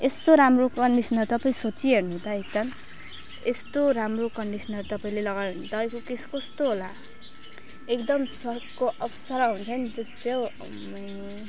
यस्तो राम्रो कन्डिसनर तपाईँ सोची हेर्नु त एक ताल यस्तो राम्रो कन्डिसनर तपाईँले लगायो भने तपाईँको केश कस्तो होला एकदम स्वर्गको अप्सरा हुन्छ पनि त्यस्तै हो अमुइ